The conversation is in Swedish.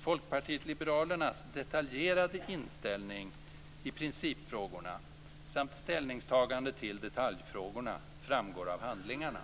Folkpartiet liberalernas detaljerade inställning i principfrågorna samt ställningstagande till detaljfrågorna framgår av handlingarna.